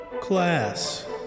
Class